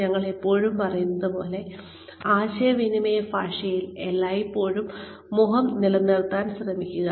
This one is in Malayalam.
ഞങ്ങൾ എല്ലായ്പ്പോഴും പറയുന്നതുപോലെ ആശയവിനിമയ ഭാഷയിൽ എല്ലായ്പ്പോഴും മുഖം നിലനിർത്താൻ ശ്രമിക്കുക